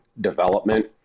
development